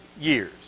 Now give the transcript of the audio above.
years